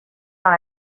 dans